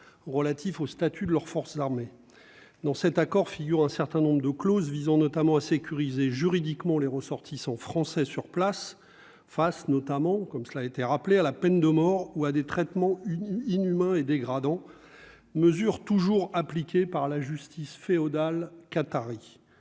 relatif au statut de leurs forces armées dans cet accord figure un certain nombre de clauses visant notamment à sécuriser juridiquement les ressortissants français sur place, face, notamment, comme cela a été rappelé à la peine de mort ou à des traitements inhumains et dégradants mesure toujours appliquée par la justice féodale qatari